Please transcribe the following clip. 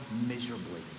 miserably